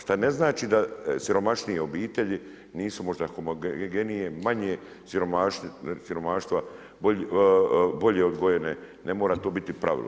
Šta ne znači da siromašnije obitelji, nisu možda homogenije, manje siromaštva, bolje odgojene, ne mora tu biti pravilo.